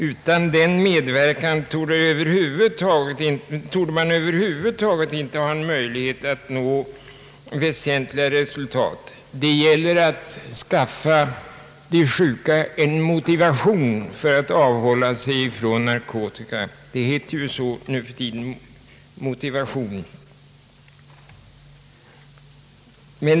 Utan denna medverkan torde man över huvud taget inte ha någon möjlighet att nå väsentliga resultat. Det gäller att skaffa de sjuka motivation för att avhålla sig från narkotika. Det heter ju motivation nuförtiden.